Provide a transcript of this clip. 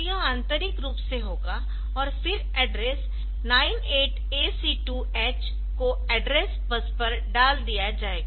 तो यह आंतरिक रूप से होगा और फिर एड्रेस 98AC2 H को एड्रेस बस पर डाल दिया जाएगा